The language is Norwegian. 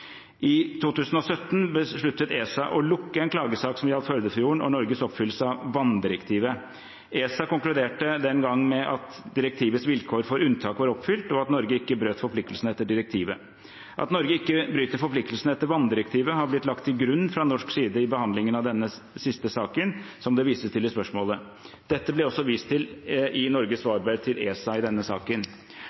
I 2017 besluttet ESA å lukke en klagesak som gjaldt Førdefjorden og Norges oppfyllelse av vanndirektivet. ESA konkluderte den gang med at direktivets vilkår for unntak var oppfylt, og at Norge ikke brøt forpliktelsene etter direktivet. At Norge ikke bryter forpliktelsene etter vanndirektivet, har blitt lagt til grunn fra norsk side i behandlingen av denne siste saken som det vises til i spørsmålet. Dette ble også vist til i Norges svarbrev til ESA i denne saken.